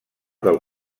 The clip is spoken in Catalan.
del